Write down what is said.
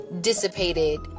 dissipated